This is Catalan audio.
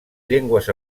llengües